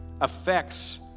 affects